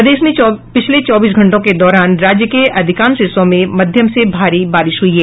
प्रदेश में पिछले चौबीस घंटों के दौरान राज्य के अधिकांश हिस्सों में मध्यम से भारी बारिश हुई है